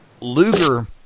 Luger